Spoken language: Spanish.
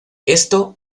esto